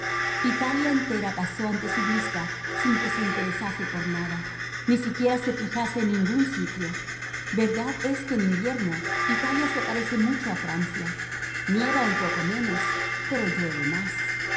italia entera pasó ante su vista sin que se interesase por nada ni siquiera se fijase en ningún sitio verdad es que en invierno italia se parece mucho a francia nieva un poco menos pero llueve más